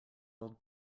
old